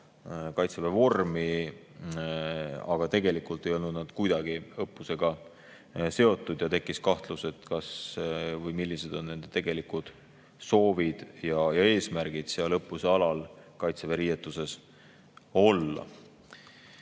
Kaitseväe vormi. Tegelikult ei olnud nad kuidagi õppusega seotud ja tekkis kahtlus, millised on nende tegelikud soovid ja eesmärgid seal õppuse alal Kaitseväe vormiriietuses olles.